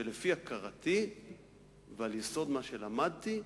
שלפי הכרתי ועל יסוד מה שלמדתי,